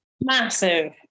Massive